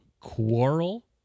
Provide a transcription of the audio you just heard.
Quarrel